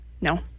No